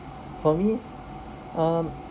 for me um